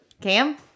Cam